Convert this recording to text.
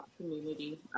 community